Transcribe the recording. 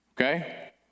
okay